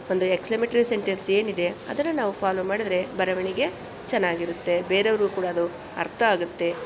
ಒಂದು exclamatory sentence ಏನಿದೆ ಅದನ್ನು ನಾವು ಫಾಲೋ ಮಾಡಿದ್ರೆ ಬರವಣಿಗೆ ಚೆನ್ನಾಗಿರುತ್ತೆ ಬೇರೆಯವ್ರಿಗೂ ಕೂಡ ಅದು ಅರ್ಥ ಆಗುತ್ತೆ